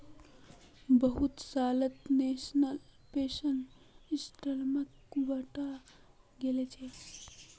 बहुत सालत national pension सिस्टमक बंटाल गेलछेक